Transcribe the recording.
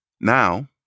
Now